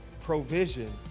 provision